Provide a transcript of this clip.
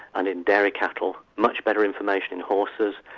and in dairy cattle, much better information in horses,